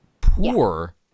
Poor